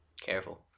Careful